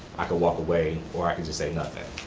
i could walk away, or i could just say nothing. i